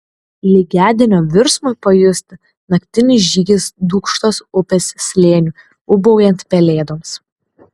lygiadienio virsmui pajusti naktinis žygis dūkštos upės slėniu ūbaujant pelėdoms